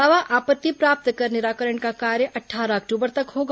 दावा आपत्ति प्राप्त कर निराकरण का कार्य अट्ठारह अक्टूबर तक होगा